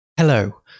Hello